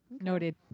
Noted